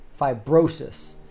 fibrosis